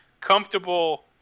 comfortable